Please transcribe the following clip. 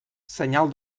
senyal